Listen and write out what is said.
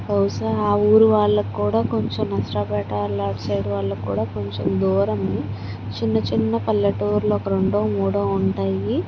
బహుశా ఆ ఊరి వాళ్ళకి కూడా కొంచెం నర్సారావు పేట ఆళ్ళు అటు సైడ్ వాళ్ళకి కూడా కొంచెం దూరం చిన్న చిన్న పల్లెటూర్లు ఒక రెండో మూడో ఉంటాయి